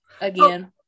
again